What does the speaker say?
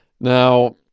Now